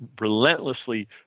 relentlessly